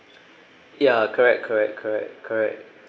ya correct correct correct correct